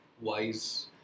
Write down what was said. wise